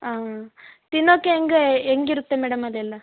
ಹಾಂ ದಿನಕ್ಕೆ ಹೆಂಗೆ ಹೆಂಗ್ ಇರುತ್ತೆ ಮೇಡಮ್ ಅದೆಲ್ಲ